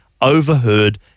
Overheard